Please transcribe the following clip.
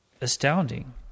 astounding